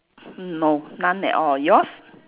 mm no none at all yours